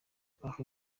bahawe